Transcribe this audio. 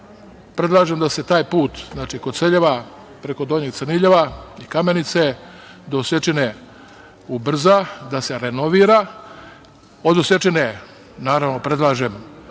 Predlažem da se taj put, znači Koceljeva preko Donjeg Crniljeva i Kamenice do Osečine ubrza, da se renovira. Od Osečine, naravno predlažem